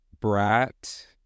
brat